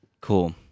Cool